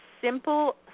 Simple